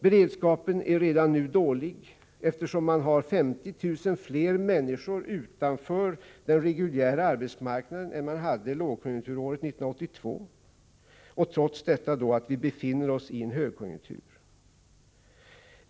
Beredskapen är redan nu dålig, eftersom man har 50 000 fler människor utanför den reguljära arbetsmarknaden än man hade lågkonjunkturåret 1982 — detta trots att vi befinner oss i en högkonjunktur.